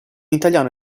italiano